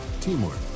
teamwork